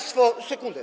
Sekundę.